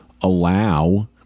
allow